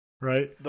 right